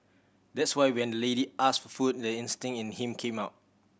that's why when the lady asked for food the instinct in him came out